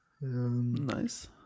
Nice